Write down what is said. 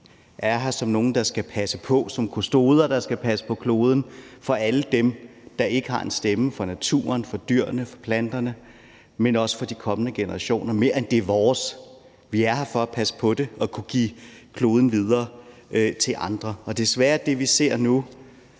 er her som nogle, der som kustoder skal passe på kloden for alle dem, der ikke har en stemme for naturen, for dyrene, for planterne, men også for de kommende generationer, end at det er vores. Vi er her for at passe på det og kunne give kloden videre til andre. Desværre er det, vi ser nu,